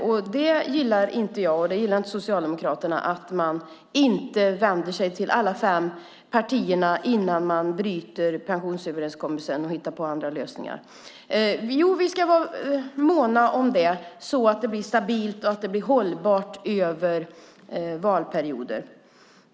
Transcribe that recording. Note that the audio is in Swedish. Jag och Socialdemokraterna gillar inte att man inte vänder sig till alla fem partierna innan man bryter pensionsöverenskommelsen och hittar på andra lösningar. Vi ska vara måna om överenskommelsen så att den blir stabil och hållbar över valperioder.